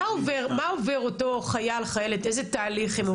מה עובר אותו חייל, חיילת, איזה תהליך הם עוברים?